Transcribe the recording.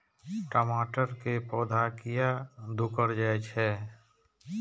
टमाटर के पौधा किया घुकर जायछे?